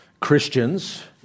Christians